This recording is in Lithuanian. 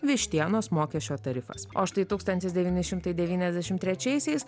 vištienos mokesčio tarifas o štai tūkstantis devyni šimtai devyniasdešimt trečiaisiais